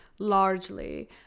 largely